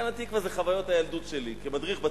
גן-התקווה זה חוויות הילדות שלי כמדריך ב"צופים",